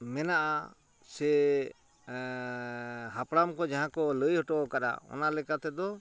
ᱢᱮᱱᱟᱜᱼᱟ ᱥᱮ ᱦᱟᱯᱲᱟᱢ ᱠᱚ ᱡᱟᱦᱟᱸ ᱠᱚ ᱞᱟᱹᱭ ᱦᱚᱴᱚᱣ ᱠᱟᱫᱟ ᱚᱱᱟ ᱞᱮᱠᱟᱛᱮᱫᱚ